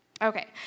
Okay